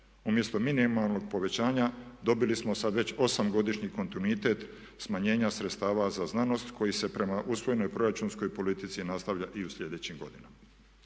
Umjesto minimalnog povećanja dobili smo sad već 8-godišnji kontinuitet smanjenja sredstava za znanost koji se prema usvojenoj proračunskoj politici nastavlja i u sljedećoj godini.